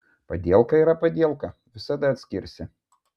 padielka yra padielka visada atskirsi